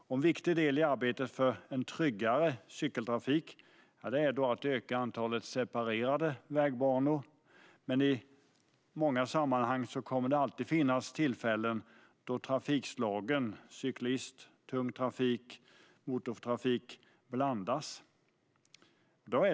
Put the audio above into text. En viktig del i arbetet för en tryggare cykeltrafik är att öka antalet separerade vägbanor. Men det kommer alltid att finnas tillfällen då trafikslagen blandas.